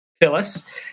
Phyllis